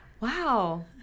Wow